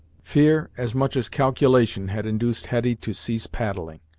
fear, as much as calculation, had induced hetty to cease paddling,